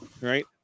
Right